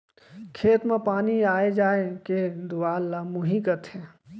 खेत म पानी आय जाय के दुवार ल मुंही कथें